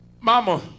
mama